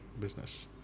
business